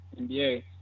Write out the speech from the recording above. NBA